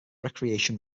recreation